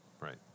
right